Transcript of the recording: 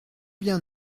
bien